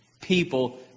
people